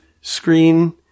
screen